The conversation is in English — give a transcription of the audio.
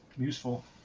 useful